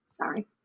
Sorry